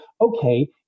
okay